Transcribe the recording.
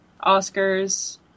Oscars –